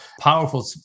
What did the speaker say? powerful